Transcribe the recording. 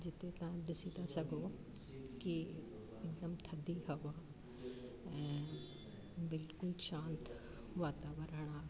जिते तव्हां ॾिसी था सघो की हिकदमु थधी हवा ऐं ऐं बिल्कुलु शांति वातावरणु आहे